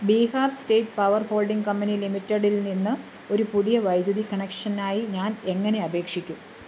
Bihar state power holding company ലിമിറ്റഡിൽനിന്ന് ഒരു പുതിയ വൈദ്യുതി കണക്ഷനായി ഞാൻ എങ്ങനെ അപേക്ഷിക്കും